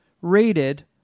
rated